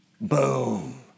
Boom